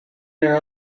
there